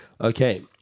okay